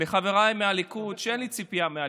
לחבריי מהליכוד שאין לי ציפייה מהליכוד.